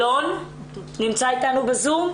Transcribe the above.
יש לנו את הרצף של קורות הגג שנותנות מענה זמני של עד שלושה